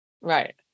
right